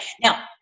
now